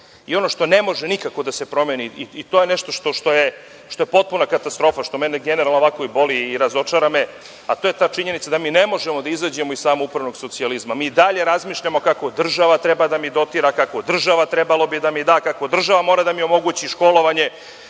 i ono što ne može nikako da se promeni i to je nešto što je potpuna katastrofa i što mene generalno ovako i boli i razočara me, a to je ta činjenica da mi ne možemo da izađemo iz samoupravnog socijalizma. Mi i dalje razmišljamo kako država treba da mi dotira, kako bi država trebala da mi da, kako država mora da mi omogući školovanje,